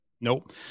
nope